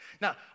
Now